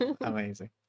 Amazing